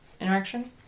interaction